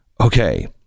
Okay